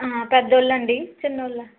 ఆ పెద్ద వాళ్ళా అండి చిన్న వాళ్ళా